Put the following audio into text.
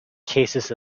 cases